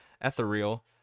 ethereal